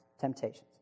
temptations